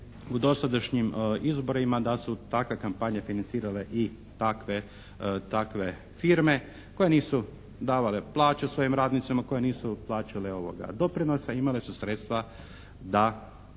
u dosadašnjim izborima da su takve kampanje financirale i takve, takve firme koje nisu davale plaću svojim radnicima, koje nisu plaćale doprinos a imale su sredstva da financiraju,